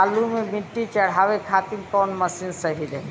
आलू मे मिट्टी चढ़ावे खातिन कवन मशीन सही रही?